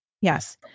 Yes